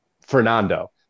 Fernando